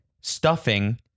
stuffing